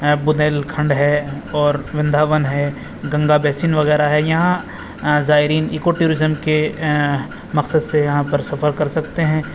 بندیل کھنڈ ہے اور وندھاوون ہے گنگا بیسن وغیرہ ہے یہاں زائرین ایککو ٹوریزم کے مقصد سے یہاں پر سفر کر سکتے ہیں